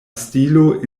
stilo